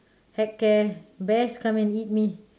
heck care bears come and eat me